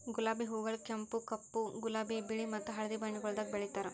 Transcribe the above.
ಗುಲಾಬಿ ಹೂಗೊಳ್ ಕೆಂಪು, ಕಪ್ಪು, ಗುಲಾಬಿ, ಬಿಳಿ ಮತ್ತ ಹಳದಿ ಬಣ್ಣಗೊಳ್ದಾಗ್ ಬೆಳೆತಾರ್